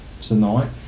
tonight